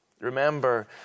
Remember